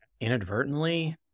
inadvertently